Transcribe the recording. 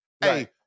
Hey